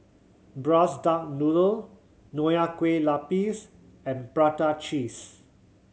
Braised Duck Noodle Nonya Kueh Lapis and prata cheese